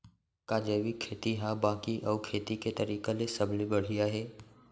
का जैविक खेती हा बाकी अऊ खेती के तरीका ले सबले बढ़िया हे?